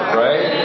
right